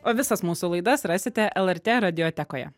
o visas mūsų laidas rasite lrt radiotekoje